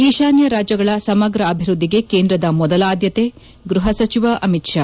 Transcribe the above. ಈಶಾನ್ಯ ರಾಜ್ಯಗಳ ಸಮಗ್ರ ಅಭಿವೃದ್ದಿಗೆ ಕೇಂದ್ರದ ಮೊದಲ ಆದ್ಯತೆ ಗ್ಬಹ ಸಚಿವ ಅಮಿತ್ ಷಾ